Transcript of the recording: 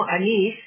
Anish